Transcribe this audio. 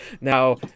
Now